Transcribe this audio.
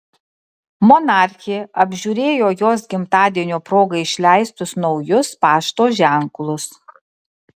monarchė apžiūrėjo jos gimtadienio proga išleistus naujus pašto ženklus